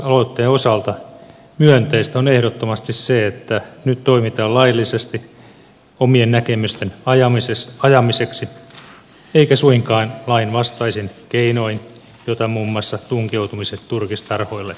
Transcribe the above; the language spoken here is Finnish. kansalaisaloitteen osalta myönteistä on ehdottomasti se että nyt toimitaan laillisesti omien näkemysten ajamiseksi eikä suinkaan lainvastaisin keinoin jota muun muassa tunkeutumiset turkistarhoille ovat